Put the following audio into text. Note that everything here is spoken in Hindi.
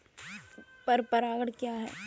पर परागण क्या है?